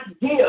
give